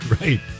Right